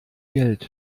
geld